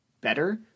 better